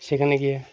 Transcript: সেখানে গিয়ে